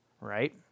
right